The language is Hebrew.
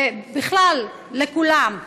ובכלל, לכולם,